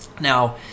Now